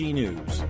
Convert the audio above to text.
news